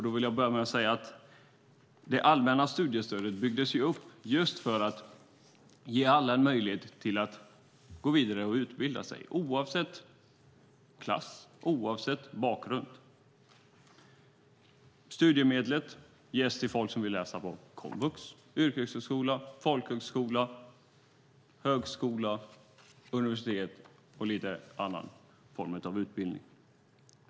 Då vill jag börja med att säga att det allmänna studiestödet byggdes upp just för att ge alla en möjlighet att gå vidare och utbilda sig, oavsett klass och oavsett bakgrund. Studiemedlet ges till folk som vill läsa på komvux, yrkeshögskola, folkhögskola, högskola, universitet och några andra former av utbildning.